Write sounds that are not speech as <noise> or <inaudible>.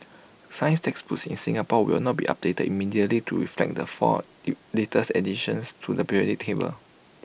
science textbooks in Singapore will not be updated immediately to reflect the four <hesitation> latest additions to the periodic table